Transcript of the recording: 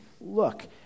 Look